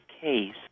case